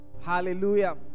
Hallelujah